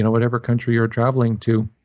whatever country you're traveling to,